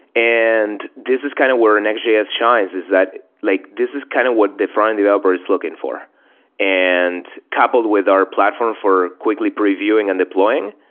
and this is kind of where and nextjs shines, is that like this is kind of what the frontend developer is looking for and coupled with our platform for quickly previewing and deploying.